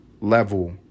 Level